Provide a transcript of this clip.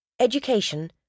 education